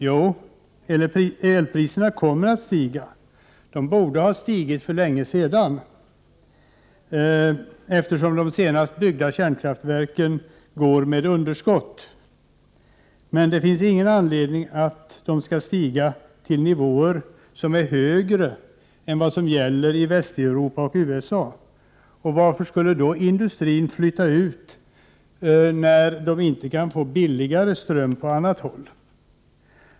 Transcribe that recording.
Jo, elpriserna kommer att stiga, de borde ha stigit för länge sedan, eftersom de senast byggda kärnkraftverken går med underskott, men det finns ingen anledning att de skall stiga till nivåer som är högre än vad som gäller i Västeuropa och USA. Varför skulle då industrin flytta ut, när den inte kan få billigare ström på annat håll?